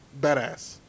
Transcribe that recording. badass